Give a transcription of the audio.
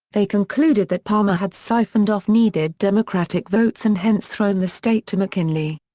they concluded that palmer had siphoned off needed democratic votes and hence thrown the state to mckinley.